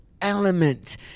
element